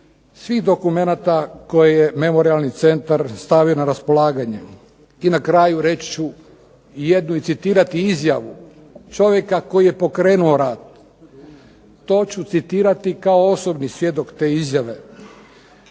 svih dokumenata koje je Memorijalni centar stavio na raspolaganje. I na kraju, reći ću jednu i citirati izjavu čovjeka koji je pokrenuo rat. To ću citirati kao osobni svjedok te izjave.